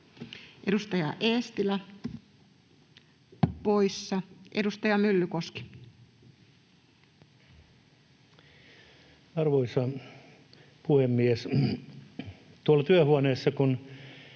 Edustaja Eestilä — poissa. Edustaja Myllykoski. Arvoisa puhemies! Tuolla työhuoneessa kun